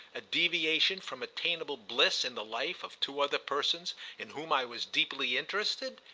a deviation from attainable bliss in the life of two other persons in whom i was deeply interested?